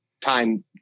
time